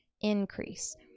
increase